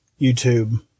YouTube